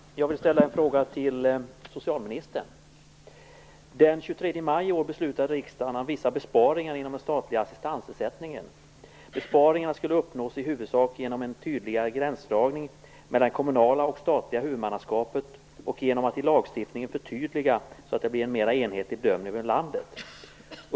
Fru talman! Jag vill ställa en fråga till socialministern. Den 23 maj i år beslutade riksdagen om vissa besparingar inom den statliga assistansersättningen. Besparingarna skulle uppnås i huvudsak genom en tydligare gränsdragning mellan det kommunala och det statliga huvudmannaskapet och genom att i lagstiftningen förtydliga detta så att det blir en mera enhetlig bedömning över landet.